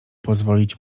pozwolić